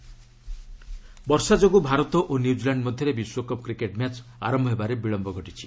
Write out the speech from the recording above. WC cricket ବର୍ଷା ଯୋଗୁଁ ଭାରତ ଓ ନ୍ୟୁକିଲାଣ୍ଡ ମଧ୍ୟରେ ବିଶ୍ୱକପ୍ କ୍ରିକେଟ୍ ମ୍ୟାଚ୍ ଆରମ୍ଭ ହେବାରେ ବିଳମ୍ଭ ଘଟିଛି